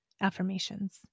affirmations